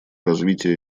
развитие